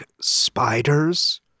spiders